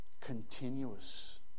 continuous